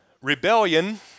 Rebellion